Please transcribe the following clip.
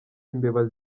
imbeba